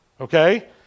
Okay